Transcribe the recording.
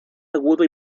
agudo